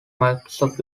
microsoft